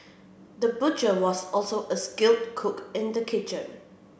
the butcher was also a skilled cook in the kitchen